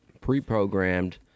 pre-programmed